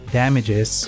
damages